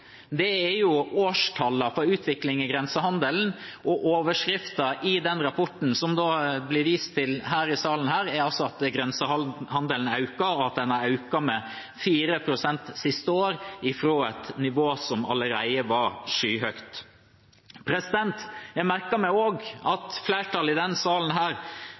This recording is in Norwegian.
er årstallene for utviklingen av grensehandelen, og overskriften i den rapporten som det blir vist til her i salen, er at grensehandelen øker, og at den har økt med 4 pst. det siste året, fra et nivå som allerede var skyhøyt. Jeg merker meg også at flertallet i denne salen